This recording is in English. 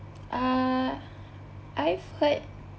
uh I've heard